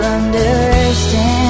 understand